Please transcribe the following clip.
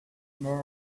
more